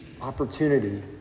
opportunity